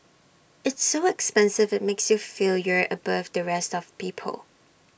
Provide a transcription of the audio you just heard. it's so expensive IT makes you feel you're above the rest of people